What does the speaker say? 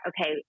okay